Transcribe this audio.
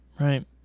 right